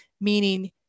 meaning